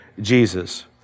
Jesus